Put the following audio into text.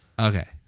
Okay